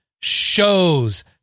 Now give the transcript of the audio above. shows